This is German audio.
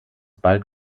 bald